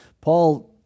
Paul